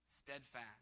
Steadfast